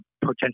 potential